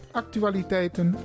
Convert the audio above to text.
actualiteiten